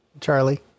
Charlie